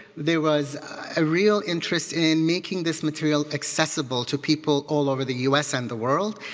there was a real interest in making this material accessible to people all over the us and the world.